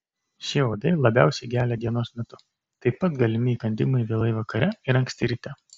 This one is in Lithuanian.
šie uodai labiausiai gelia dienos metu taip pat galimi įkandimai vėlai vakare ir anksti ryte